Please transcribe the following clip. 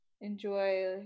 enjoy